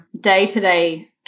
day-to-day